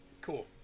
Cool